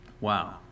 Wow